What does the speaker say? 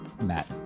Matt